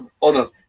on